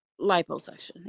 liposuction